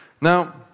Now